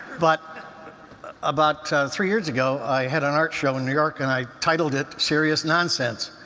but about three years ago i had an art show in new york, and i titled it serious nonsense.